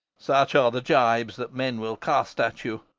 such are the gibes that men will cast at you.